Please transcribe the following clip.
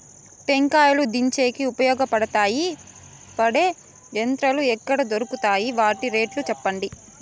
టెంకాయలు దించేకి ఉపయోగపడతాయి పడే యంత్రాలు ఎక్కడ దొరుకుతాయి? వాటి రేట్లు చెప్పండి?